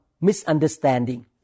misunderstanding